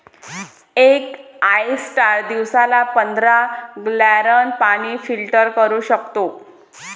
एक ऑयस्टर दिवसाला पंधरा गॅलन पाणी फिल्टर करू शकतो